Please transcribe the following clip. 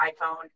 iPhone